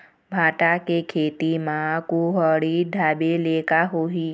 भांटा के खेती म कुहड़ी ढाबे ले का होही?